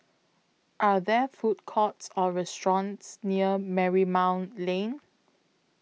Are There Food Courts Or restaurants near Marymount Lane